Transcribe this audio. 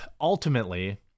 Ultimately